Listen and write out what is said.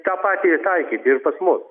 tą patį taikyti ir pas mus